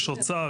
יש אוצר,